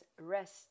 rest